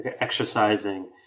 exercising